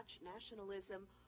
nationalism